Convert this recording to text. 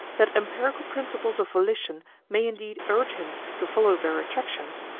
that empirical principles of volition may indeed urge him to follow their attractions,